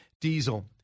diesel